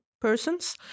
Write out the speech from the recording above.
persons